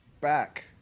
back